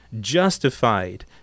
justified